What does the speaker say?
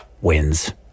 wins